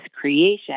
creation